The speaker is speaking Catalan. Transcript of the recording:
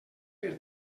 per